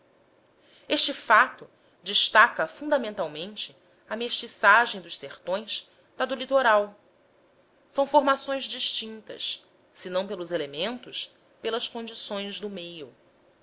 este fato destaca fundamentalmente a mestiçagem dos sertões da do litoral são formações distintas senão pelos elementos pelas condições do meio